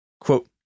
Quote